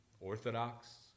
Orthodox